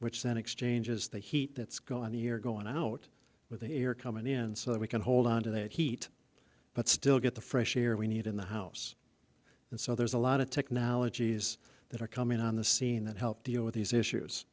which then exchanges the heat that's going on the year going out with the air coming in so that we can hold on to that heat but still get the fresh air we need in the house and so there's a lot of technologies that are coming on the scene that help deal with these issues